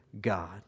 God